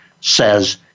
says